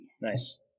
Nice